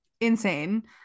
insane